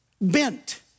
bent